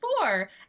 four